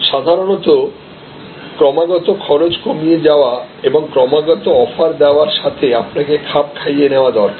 সুতরাং ক্রমাগত খরচ কমিয়ে যাওয়া এবং ক্রমাগত অফার দেওয়ার সাথে আপনাকে খাপ খাইয়ে নেওয়া দরকার